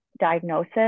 diagnosis